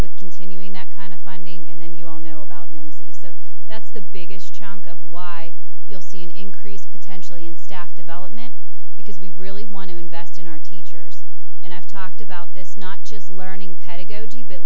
with continuing that kind of funding and then you all know about an mc so that's the biggest chunk of why you'll see an increase potentially in staff development because we really want to invest in our teachers and i've talked about this not just learning pedagogy but